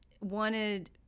wanted